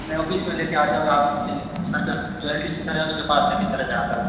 मेरे ऑफिस में लेके आ जाओ आप सर का जो एल डी सी सर है उसके पास लेके चले जाना कल